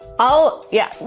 i'll, yeah.